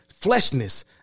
fleshness